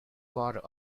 quarter